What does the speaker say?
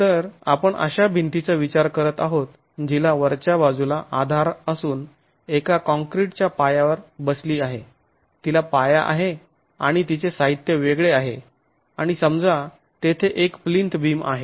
तर आपण अशा भिंतीचा विचार करत आहोत जिला वरच्या बाजूला आधार असून एका काँक्रीट च्या पायावर बसली आहे तिला पाया आहे आणि तिचे साहित्य वेगळे आहे आणि समजा तेथे एक प्लिंथ बीम आहे